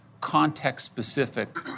context-specific